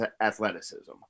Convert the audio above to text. athleticism